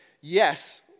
yes